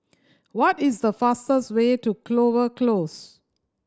what is the fastest way to Clover Close